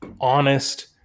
honest